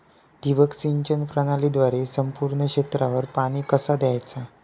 ठिबक सिंचन प्रणालीद्वारे संपूर्ण क्षेत्रावर पाणी कसा दयाचा?